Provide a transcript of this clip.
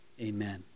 Amen